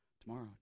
Tomorrow